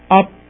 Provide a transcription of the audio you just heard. up